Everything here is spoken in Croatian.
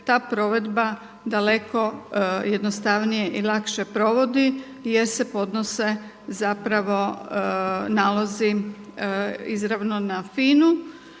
ta provedba daleko jednostavnije i lakše provodi jer se podnose zapravo nalozi izravno na FINU